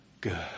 good